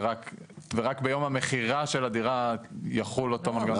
ורק ביום המכירה של הדירה יחול אותו מנגנון מיסוי.